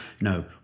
no